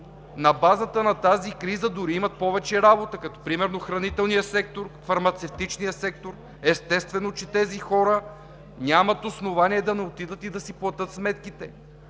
на базата на тази криза, дори имат повече работа, като примерно хранителният сектор, фармацевтичният сектор. Естествено, че тези хора нямат основание да не отидат и да си платят сметките.